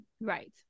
Right